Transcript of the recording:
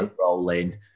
rolling